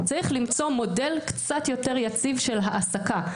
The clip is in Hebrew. צריך למצוא מודל קצת יותר יציב של העסקה.